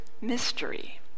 mystery